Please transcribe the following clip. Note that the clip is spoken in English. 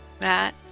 Matt